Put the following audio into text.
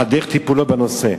על דרך טיפולו בנושא.